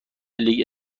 لیگ